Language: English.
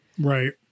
right